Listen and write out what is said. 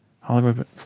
Hollywood